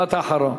משפט אחרון.